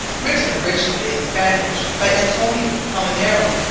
written originally in spanish, by antonio colmenero